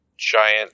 giant